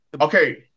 okay